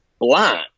blind